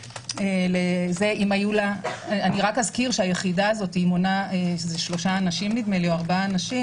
אני רק אזכיר שהיחידה הזאת מונה שלושה או ארבעה אנשים.